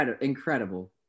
incredible